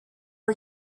are